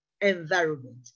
environment